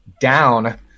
down